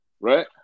Right